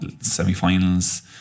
semi-finals